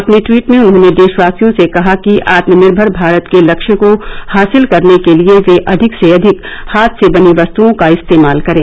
अपने टवीट में उन्होंने देशवासियों से कहा कि आत्मनिर्मर भारत के लक्ष्य को हासिल करने के लिए वे अधिक से अधिक हाथ से बनी वस्तुओं का इस्तेमाल करें